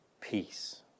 peace